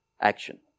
action